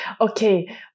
Okay